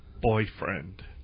boyfriend